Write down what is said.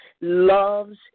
loves